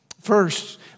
First